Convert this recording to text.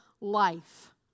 life